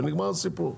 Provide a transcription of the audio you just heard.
ונגמר הסיפור.